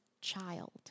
child